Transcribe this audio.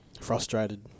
Frustrated